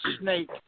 snake